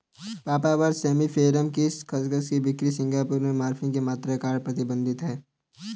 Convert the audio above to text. papaver somniferum के खसखस की बिक्री सिंगापुर में मॉर्फिन की मात्रा के कारण प्रतिबंधित है